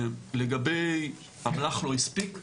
לגבי אמל"ח לא הספיק,